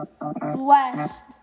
West